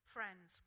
Friends